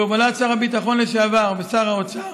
בהובלת שר הביטחון לשעבר ושר האוצר,